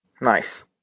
Nice